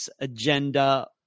agenda